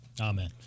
Amen